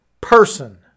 person